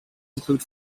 include